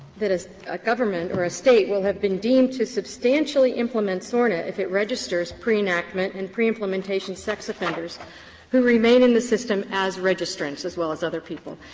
that a government or a state will have been deemed to substantially implement sorna if it registers pre-enactment and pre-implementation sex offenders who remain in the system as registrants, as well as other people.